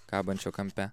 kabančio kampe